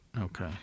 Okay